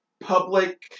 public